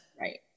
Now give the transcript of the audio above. Right